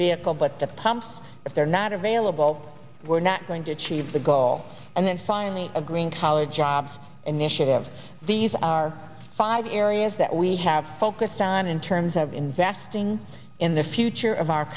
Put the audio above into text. vehicle but the pumps if they're not available we're not going to achieve the goal and then finally a green collar jobs initiative these are five areas that we have focused on in terms of investing in the future of our